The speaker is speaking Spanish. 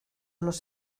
los